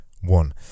one